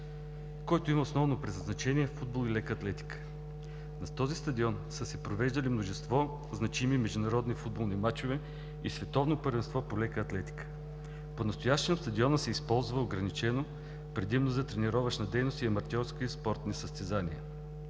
който има основно предназначение – футбол и лека атлетика. На този стадион са се провеждали множество значими международни футболни срещи и световно първенство по лека атлетика. Понастоящем стадионът се използва ограничено, предимно за тренировъчна дейност и аматьорски спортни състезания.